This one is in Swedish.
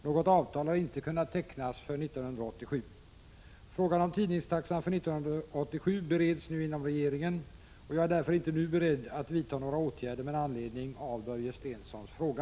Något avtal har inte kunnat tecknas för 1987. Frågan om tidningstaxan för 1987 bereds nu inom regeringen, och jag är därför inte nu beredd att vidta några åtgärder med anledning av Börje Stenssons fråga.